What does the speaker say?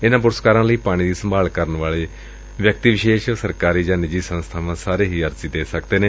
ਇਨ੍ਹਾਂ ਪੁਰਸਕਾਰਾਂ ਲਈ ਪਾਣੀ ਦੀ ਸੰਭਾਲ ਕਰਨ ਵਾਲੇ ਵਿਅਕਤੀ ਵਿਸ਼ੇਸ਼ ਸਰਕਾਰੀ ਜਾ ਨਿੱਜੀ ਸੰਸਥਾਵਾਂ ਸਾਰੇ ਹੀਂ ਅਰਜ਼ੀ ਦੇ ਸਕਦੇ ਨੇ